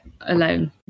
alone